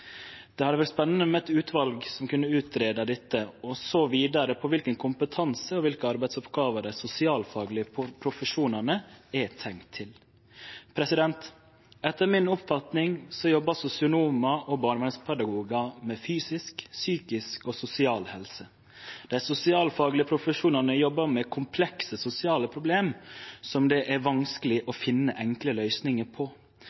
Det hadde vore spennande med eit utval som kunne greie ut dette og sjå vidare på kva kompetanse og kva arbeidsoppgåver dei sosialfaglege profesjonane er tenkte til. Etter mi oppfatning jobbar sosionomar og barnevernspedagogar med fysisk, psykisk og sosial helse. Dei sosialfaglege profesjonane jobbar med komplekse sosiale problem, som det er vanskeleg å finne enkle løysingar på.